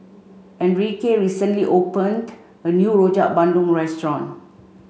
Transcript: Enrique recently opened a new Rojak Bandung Restaurant